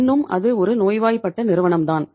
இன்னும் அது ஒரு நோய்வாய்ப்பட்ட நிறுவனம் தான்